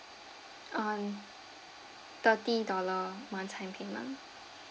um thirty dollar one time payment